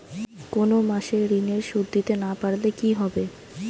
কোন মাস এ ঋণের সুধ দিতে না পারলে কি হবে?